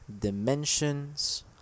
dimensions